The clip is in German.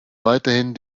weiterhin